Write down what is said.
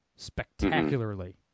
spectacularly